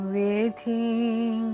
waiting